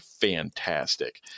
fantastic